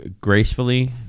gracefully